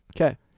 Okay